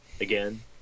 Again